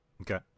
Okay